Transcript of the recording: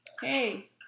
Hey